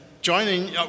joining